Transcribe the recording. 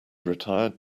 retired